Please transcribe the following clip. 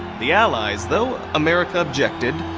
the allies, though america objected,